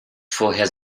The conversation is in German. vorher